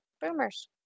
boomers